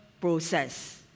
process